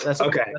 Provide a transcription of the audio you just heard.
Okay